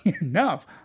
enough